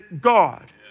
God